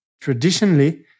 Traditionally